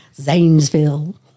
Zanesville